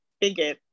biggest